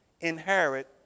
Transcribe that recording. inherit